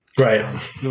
right